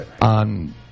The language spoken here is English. on